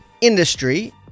industry